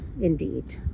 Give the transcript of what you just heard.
Indeed